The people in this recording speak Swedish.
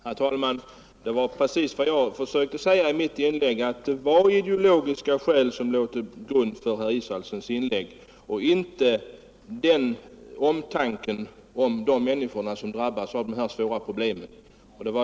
Herr talman! Det var precis vad jag försökte säga i mitt inlägg: det var ideologiska skäl som låg till grund för herr Israelssons anförande och inte omtanke om de människor som drabbas av de här svåra problemen.